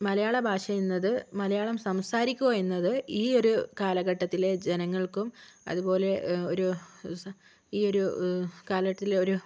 മലയാള ഭാഷയെന്നത് മലയാളം സംസാരിക്കുക എന്നത് ഈ ഒരു കാലഘട്ടത്തിലെ ജനങ്ങൾക്കും അതു പോലെ ഒരു ഈ ഒരു കാലഘട്ടത്തിലെ ഒരു